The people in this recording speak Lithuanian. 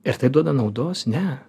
ir tai duoda naudos ne